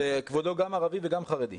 כבודו גם ערבי וגם חרדי.